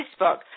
Facebook